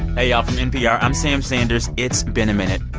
hey, y'all. from npr, i'm sam sanders. it's been a minute.